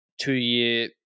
two-year